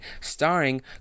starring